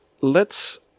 lets